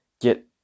get